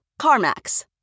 CarMax